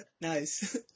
nice